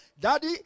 Daddy